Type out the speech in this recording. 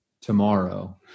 tomorrow